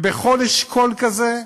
ובכל אשכול כזה,